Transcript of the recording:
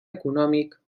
econòmic